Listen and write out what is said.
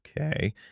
Okay